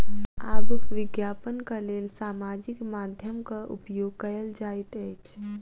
आब विज्ञापनक लेल सामाजिक माध्यमक उपयोग कयल जाइत अछि